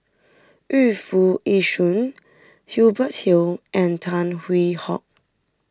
Yu Foo Yee Shoon Hubert Hill and Tan Hwee Hock